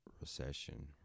recession